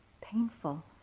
painful